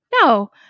no